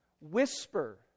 whisper